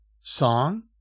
song